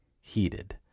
heated